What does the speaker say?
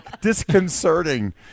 disconcerting